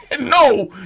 no